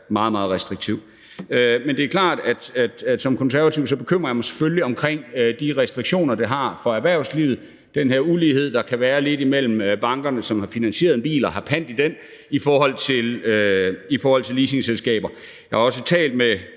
meget, meget restriktiv. Men det er klart, at som konservativ er jeg selvfølgelig bekymret over de konsekvenser, restriktionerne har for erhvervslivet, den her ulighed, der lidt kan være mellem bankerne, som har finansieret en bil og har pant i den, og leasingselskaberne. Jeg har også talt med